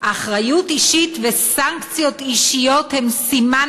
"אחריות אישית וסנקציות אישיות הן סימן